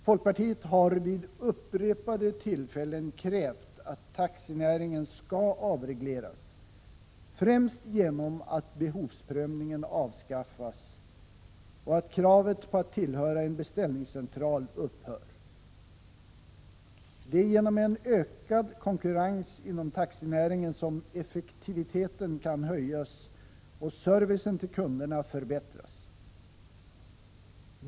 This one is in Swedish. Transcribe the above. Folkpartiet har vid upprepade tillfällen krävt att taxinäringen skall avregleras, främst genom att behovsprövningen avskaffas och att kravet på att tillhöra en beställningscentral upphör. Det är genom en ökad konkurrens inom taxinäringen som effektiviteten kan höjas och servicen till kunderna förbättras.